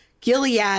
gilead